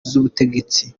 z’ubutegetsi